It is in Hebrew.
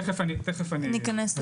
תכף נכנס לזה.